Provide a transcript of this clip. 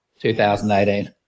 2018